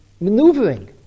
maneuvering